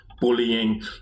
bullying